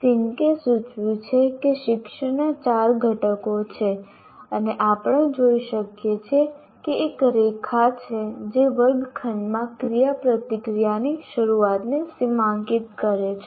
ફિન્કે સૂચવ્યું છે કે શિક્ષણના ચાર ઘટકો છે અને આપણે જોઈ શકીએ છીએ કે એક રેખા છે જે વર્ગખંડમાં ક્રિયાપ્રતિક્રિયાની શરૂઆતને સીમાંકિત કરે છે